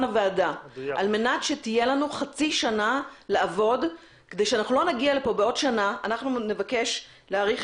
הוועדה על מנת שתהיה לנו חצי שנה לעבוד; אנחנו נבקש להאריך